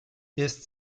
ist